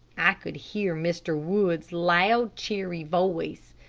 i could hear mr. wood's loud, cheery voice,